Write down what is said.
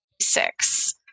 six